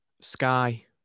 Sky